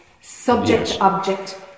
subject-object